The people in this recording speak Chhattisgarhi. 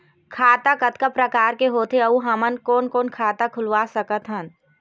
खाता कतका प्रकार के होथे अऊ हमन कोन कोन खाता खुलवा सकत हन?